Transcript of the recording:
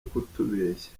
kutubeshya